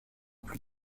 plus